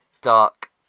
dark